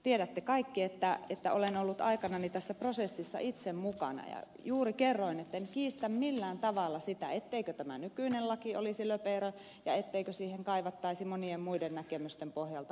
tiedätte kaikki että olen ollut aikanani tässä prosessissa itse mukana ja juuri kerroin etten kiistä millään tavalla sitä etteikö tämä nykyinen laki olisi löperö ja etteikö siihen kaivattaisi monien muiden näkemysten pohjalta muutoksia